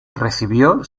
recibió